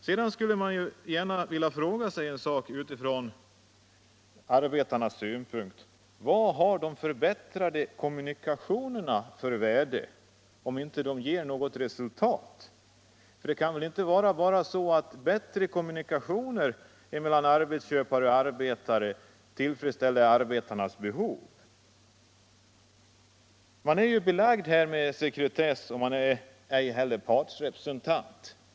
Sedan skulle man gärna vilja fråga sig en sak med utgångspunkt i arbetarnas intresse: Vad har de förbättrade kommunikationerna för värde om de inte ger något resultat? Det kan väl inte bara vara så, att bättre kommunikationer mellan arbetsköpare och arbetare tillfredsställer arbetarnas behov. Man är ju belagd med sekretess, och man är inte heller partsrepresentant.